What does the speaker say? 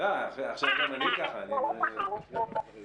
ואיפה אנחנו צריכים עזרה.